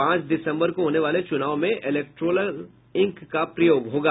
पांच दिसम्बर को होने वाले चुनाव में इलेक्टोरल इंक का प्रयोग होगा